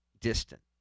distant